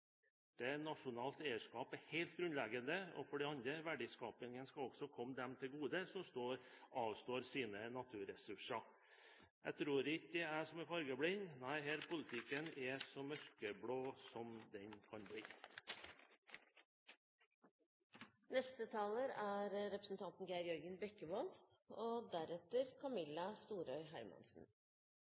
nasjonalt eierskap er helt grunnleggende. For det andre skal verdiskapingen også komme dem til gode som avstår sine naturressurser. Jeg tror ikke det er jeg som er fargeblind. Denne politikken er så mørkeblå som den kan bli. Den rød-grønne regjeringen er